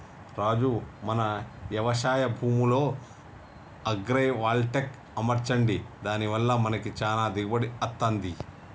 రాజు మన యవశాయ భూమిలో అగ్రైవల్టెక్ అమర్చండి దాని వల్ల మనకి చానా దిగుబడి అత్తంది